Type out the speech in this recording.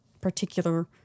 particular